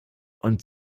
und